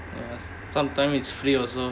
yes sometime it's free also